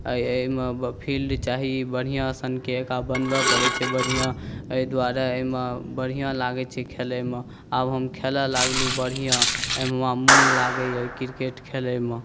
आ एहिमे फील्ड चाही बढ़िऑं सनके एकरा बनाबै पड़ै छै बढ़िऑं एहि दुआरे एहिमे बढ़िऑं लागै छै खेलयमे आब हम खेलय लागलहुॅं बढ़िऑं एहिमे हमरा मोन लागैया क्रिकेट खेलयमे